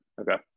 okay